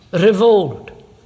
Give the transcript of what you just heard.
revolt